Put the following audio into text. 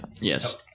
Yes